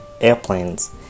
airplanes